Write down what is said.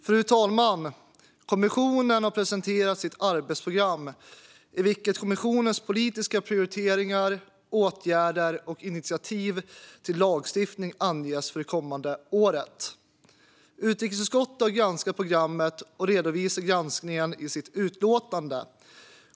Fru talman! Kommissionen har presenterat sitt arbetsprogram, i vilket kommissionens politiska prioriteringar, åtgärder och initiativ till lagstiftning anges för det kommande året. Utrikesutskottet har granskat programmet och redovisar granskningen i sitt utlåtande.